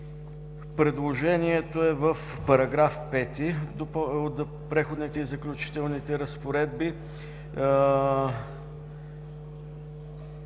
Предложението е в § 5 от Преходните и заключителните разпоредби,